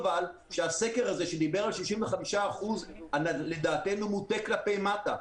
הסקר הזה שדיבר על 65%, לדעתנו, מוטה כלפי מטה.